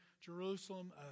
Jerusalem